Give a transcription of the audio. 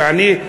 שאני,